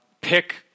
pick